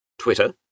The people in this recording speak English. twitter